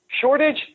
Shortage